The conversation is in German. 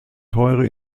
teure